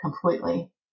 completely